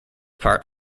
part